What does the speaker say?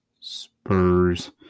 Spurs